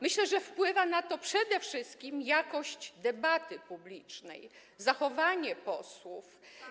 Myślę, że wpływa na to przede wszystkim jakość debaty publicznej, zachowanie posłów.